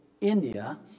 India